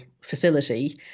facility